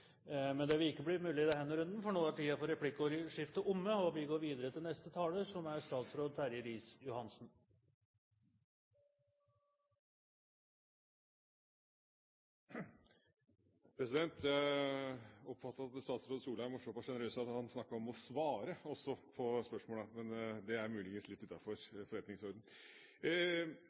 Men det vil ikke bli mulig i denne runden, for nå er replikkordskiftet omme. Jeg oppfattet at statsråd Solheim var så pass sjenerøs at han også snakket om å svare på spørsmålet – men det er muligens litt